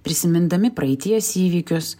prisimindami praeities įvykius